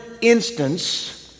instance